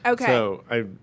Okay